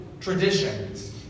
traditions